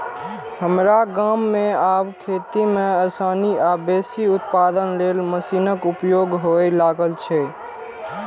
हमरा गाम मे आब खेती मे आसानी आ बेसी उत्पादन लेल मशीनक उपयोग हुअय लागल छै